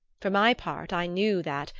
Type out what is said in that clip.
for my part i knew that,